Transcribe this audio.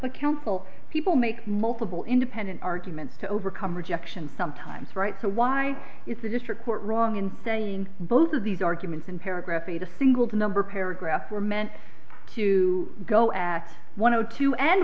the council people make multiple independent arguments to overcome rejection sometimes right so why is the district court wrong in saying both of these arguments in paragraph eight a single number paragraph were meant to go at one o two and